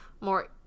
more